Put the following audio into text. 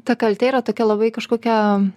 ta kaltė yra tokia labai kažkokia